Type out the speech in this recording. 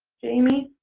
jamie